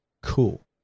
cool